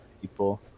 people